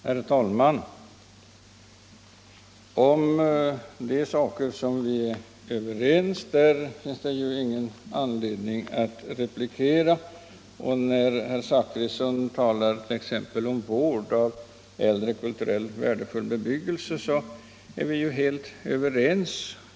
Herr talman! Vad beträffar de saker som vi är överens om finns det ju ingen anledning till replik. När herr Zachrisson exempelvis talar om vården av äldre, kulturellt värdefull bebyggelse är vi helt överens.